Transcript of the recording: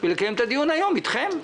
ושנקיים את הדיון היום איתכם.